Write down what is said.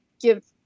give